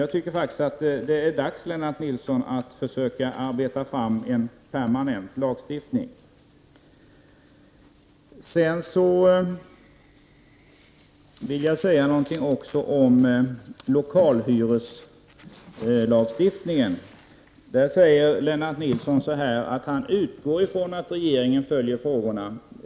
Det är faktiskt dags, Lennart Nilsson, att arbeta fram en permanent lagstiftning. Nilsson att han utgick ifrån att regeringen följer dessa frågor.